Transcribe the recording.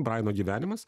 brajeno gyvenimas